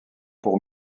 pour